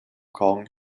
kong